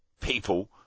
people